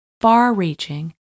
far-reaching